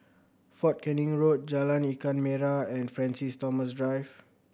Fort Canning Road Jalan Ikan Merah and Francis Thomas Drive